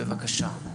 בבקשה.